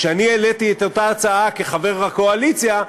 כשאני העליתי את אותה הצעה כחבר הקואליציה,